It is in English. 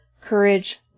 courage